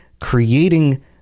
creating